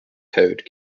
code